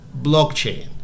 blockchain